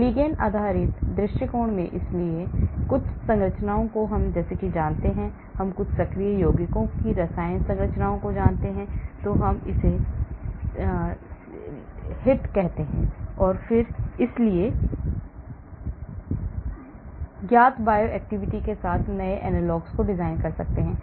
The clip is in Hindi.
लिगैंड आधारित दृष्टिकोण में इसलिए मैं कुछ संरचनाओं को जानता हूं मैं कुछ सक्रिय यौगिकों की रासायनिक संरचनाओं को जानता हूं हम इसे सीसा या हिट कहते हैं और फिर इसलिए मैं ज्ञात बायोएक्टिविटी के साथ नए एनालॉग्स को डिजाइन करता हूं